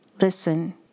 Listen